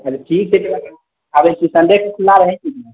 ठीक छै आबैत छी सन्डेके खुला रहै छै न